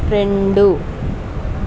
రెండు